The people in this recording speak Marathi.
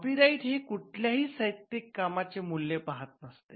कॉपी राईट हे कुठल्याही साहित्यिक कामाचे मूल्य पाहत नसते